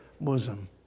bosom